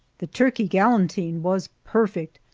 the turkey galantine was perfect,